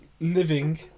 living